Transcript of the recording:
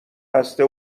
بسته